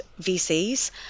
vcs